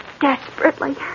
desperately